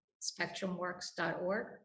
spectrumworks.org